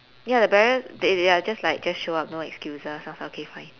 ya the barriers they they are just like just show up no excuses I was like okay fine